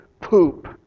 poop